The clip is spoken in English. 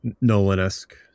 Nolan-esque